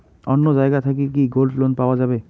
অন্য জায়গা থাকি কি গোল্ড লোন পাওয়া যাবে?